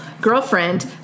girlfriend